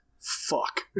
fuck